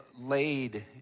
laid